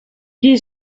qui